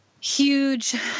huge